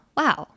wow